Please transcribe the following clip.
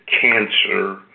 cancer